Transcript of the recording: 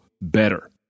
better